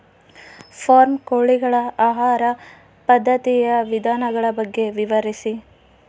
Form ಕೋಳಿಗಳ ಆಹಾರ ಪದ್ಧತಿಯ ವಿಧಾನಗಳ ಬಗ್ಗೆ ವಿವರಿಸಿ?